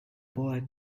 boy